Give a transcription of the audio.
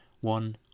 one